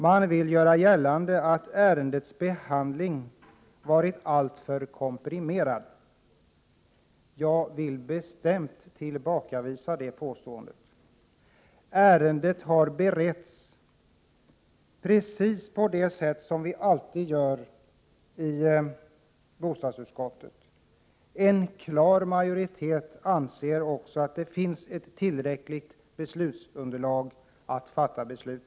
Man vill göra gällande att ärendets behandling varit alltför komprimerad. Jag vill bestämt tillbakavisa det påståendet. Prot. 1987/88:47 Ärendet har beretts på precis det sätt som vi alltid gör i bostadsutskottet. En 17 december 1987 klar majoritet anser också att tillräckligt beslutsunderlag finns för att fatta Förnyad behandling av beslut.